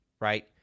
right